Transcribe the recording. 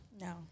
No